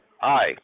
Hi